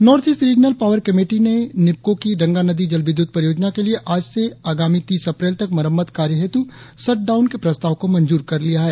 north east regional power committee ने निप्कों की रंगानदी जल विद्युत परियोजना के लिए आज से आगामी तीस अप्रैल तक मरम्मत कार्य हेतु शटडाऊन के प्रस्ताव को मंजूर कर लिया है